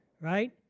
right